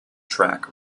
track